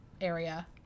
area